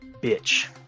bitch